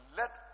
let